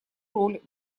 роль